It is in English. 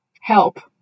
help